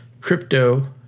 crypto